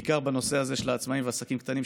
בעיקר בנושא הזה של העצמאים והעסקים קטנים,